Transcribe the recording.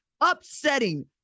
upsetting